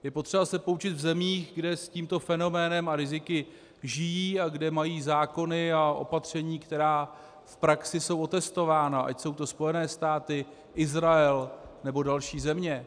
Je potřeba se poučit v zemích, kde s tímto fenoménem a riziky žijí a kde mají zákony a opatření, která v praxi jsou otestována, ať jsou to Spojené státy, Izrael nebo další země.